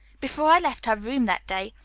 before i left her room that day,